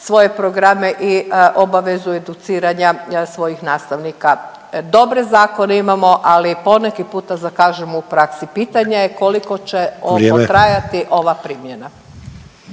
svoje programe i obavezu educiranja svojih nastavnika. Dobre zakone imamo, ali poneki puta zakažemo u praksi. Pitanje je koliko će ovo trajati …/Upadica: